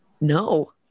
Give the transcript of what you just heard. No